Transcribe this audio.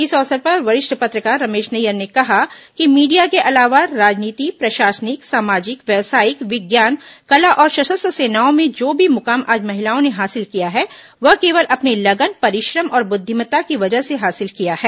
इस अवसर पर वरिष्ठ पत्रकार रमेश नैयर ने कहा कि मीडिया के अलावा राजनीति प्रशासनिक सामाजिक व्यवसायिक विज्ञान कला और सशस्त्र सेनाओं में जो भी मुकाम आज महिलाओं ने हासिल किया है वह केवल अपने लगन परिश्रम और बुद्धिमत्ता की वजह से हासिल किया है